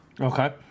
Okay